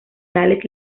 tales